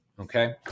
Okay